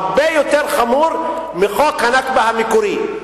זה הרבה יותר חמור מחוק ה"נכבה" המקורי.